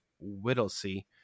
Whittlesey